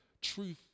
truth